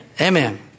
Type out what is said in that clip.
Amen